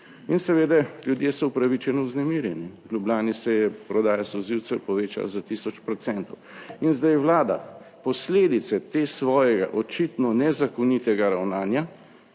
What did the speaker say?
In seveda, ljudje so upravičeno vznemirjeni. V Ljubljani se je prodaja solzivcev povečala za 1000 procentov in zdaj Vlada posledice tega svojega očitno nezakonitega ravnanja,